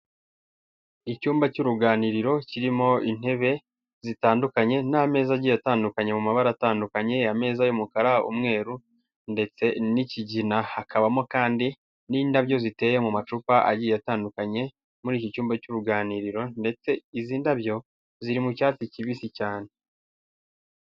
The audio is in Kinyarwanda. icyumba cy'uruganiriro kirimo intebe zitandukanye n'ameza agiye atandukanye mu mabara atandukanye. ameza y'umukara, umweru, ndetse n'ikigina. Hakabamo kandi n'indabyo ziteye mu macupa agiye atandukanye muri iki cyumba cy'uruganiriro ndetse izi ndabyo ziri mu cyatsi kibisi cyane.